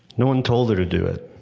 no one told her to do it,